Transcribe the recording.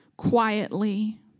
Quietly